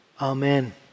Amen